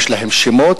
יש להם שמות,